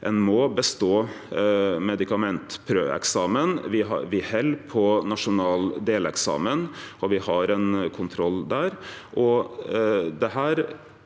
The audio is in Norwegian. Ein må bestå medikamentprøveeksamen. Me held på nasjonal deleksamen, og me har ein kontroll der.